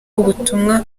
ubutumwa